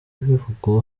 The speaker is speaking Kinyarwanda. bivugwa